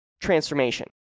transformation